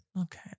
Okay